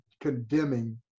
condemning